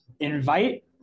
Invite